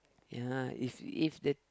ya it's it's the